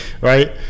Right